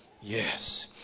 Yes